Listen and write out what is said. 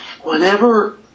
whenever